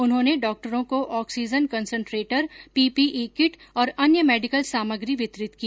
उन्हेांने डॉक्टरों को oxygen concentrator PPE kit और अन्य मेडिकल सामग्री वितरित की